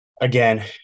Again